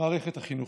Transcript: במערכת החינוך.